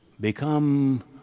become